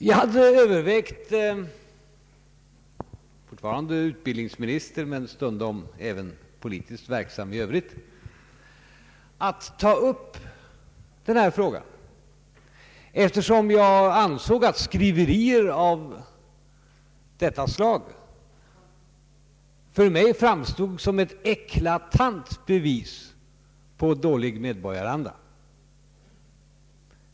Jag hade övervägt — fortfarande utbildningsmi Ang. valutaregleringen, m.m. nister men stundom även politiskt verksam i övrigt — att ta upp denna fråga, eftersom skriverier av detta slag för mig framstod som ett eklatant bevis på dålig medborgaranda.